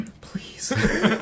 Please